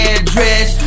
address